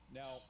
now